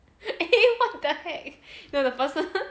eh what the heck yeah the person